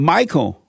Michael